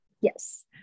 Yes